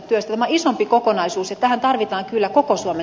tämä on isompi kokonaisuus ja tähän tarvitaan kyllä koko suomi